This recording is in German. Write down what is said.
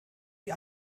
die